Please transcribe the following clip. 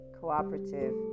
cooperative